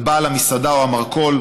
על בעל המסעדה או המרכול,